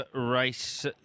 race